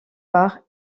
par